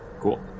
Cool